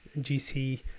GC